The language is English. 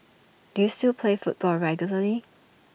do you still play football regularly